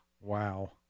Wow